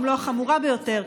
אם לא החמורה ביותר,